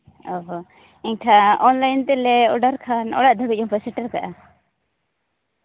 ᱚ ᱦᱚᱸ ᱮᱱᱠᱷᱟᱱ ᱚᱱᱞᱟᱭᱤᱱ ᱛᱮᱞᱮ ᱚᱰᱟᱨ ᱠᱷᱟᱱ ᱚᱲᱟᱜ ᱫᱷᱟᱹᱨᱤᱡ ᱦᱚᱸᱯᱮ ᱥᱮᱴᱮᱨ ᱠᱟᱜᱼᱟ